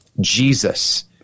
Jesus